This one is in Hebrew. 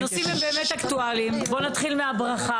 באמת,